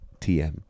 TM